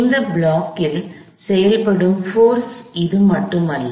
இந்தத் ப்ளாக்கில் செயல்படும் போர்ஸ் இது மட்டுமல்ல